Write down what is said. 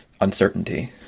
uncertainty